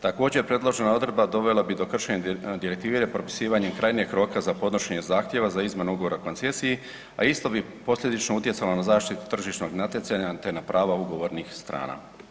Također predložena odredba dovela bi do kršenja direktive i propisivanja krajnjeg roka za podnošenje zahtjeva za izmjenu ugovora o koncesiji, a isto bi posljedično utjecalo na zaštitu tržišnog natjecanja te na prava ugovornih strana.